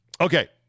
Okay